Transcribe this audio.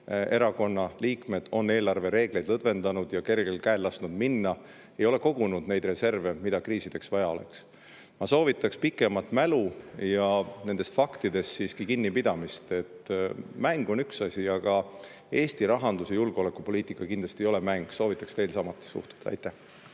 erakonna liikmed on eelarvereegleid lõdvendanud ja kergel käel lasknud minna, ei ole kogunud neid reserve, mida kriisideks vaja oleks. Ma soovitaks pikemat mälu ja nendest faktidest siiski kinnipidamist. Mäng on üks asi, aga Eesti rahandus ja julgeolekupoliitika kindlasti ei ole mäng. Soovitaks teil samamoodi suhtuda. Aitäh!